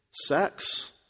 sex